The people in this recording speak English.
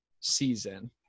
season